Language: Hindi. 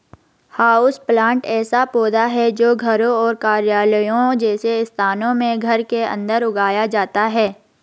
हाउसप्लांट ऐसा पौधा है जो घरों और कार्यालयों जैसे स्थानों में घर के अंदर उगाया जाता है